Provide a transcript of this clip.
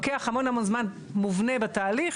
לוקח המון המון זמן מובנה בתהליך.